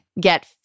Get